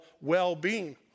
well-being